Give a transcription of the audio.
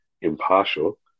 impartial